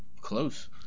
close